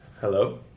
Hello